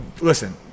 listen